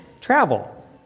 travel